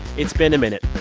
it's been a minute.